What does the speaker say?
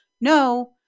No